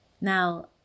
Now